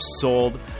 sold